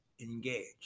engaged